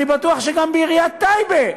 אני בטוח שגם בעיריית טייבה,